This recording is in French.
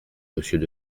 monsieur